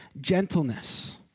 gentleness